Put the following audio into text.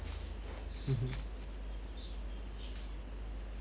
mmhmm